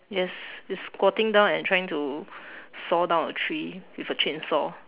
yes he's squatting down and trying to saw down a tree with a chainsaw